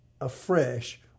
afresh